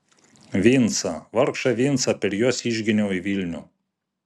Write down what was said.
vincą vargšą vincą per juos išginiau į vilnių